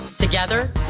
Together